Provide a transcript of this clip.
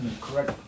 correct